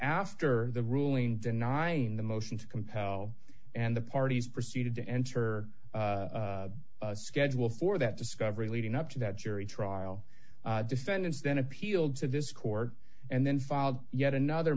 after the ruling denying the motion to compel and the parties proceeded to enter a schedule for that discovery leading up to that jury trial defendants then appealed to this court and then filed yet another